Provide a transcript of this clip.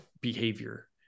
behavior